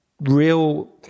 Real